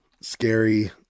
scary